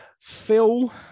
Phil